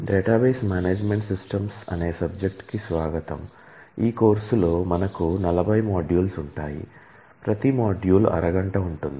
database management systems అరగంట ఉంటుంది